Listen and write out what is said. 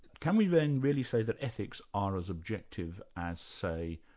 can we then really say that ethics are as objective as, say,